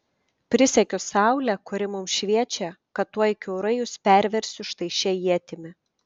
prisiekiu saule kuri mums šviečia kad tuoj kiaurai jus perversiu štai šia ietimi